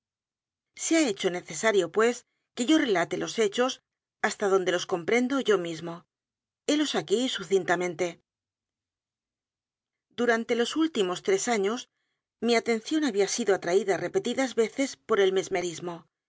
e ha hecho necesario pues que yo relate los hechos h a s t a donde los comprendo yo mismo helos aquí sucintamente durante los últimos t r e s años mi atención había sido atraída repetidas veces por el mesmerismo